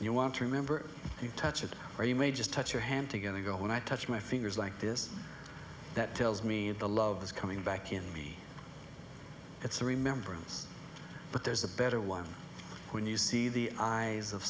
you want to remember you touch it or you may just touch your hand to get a go when i touch my fingers like this that tells me the love is coming back in me it's a remembrance but there's a better one when you see the eyes of